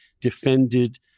defended